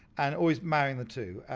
and always marrying the two.